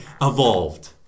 evolved